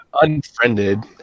unfriended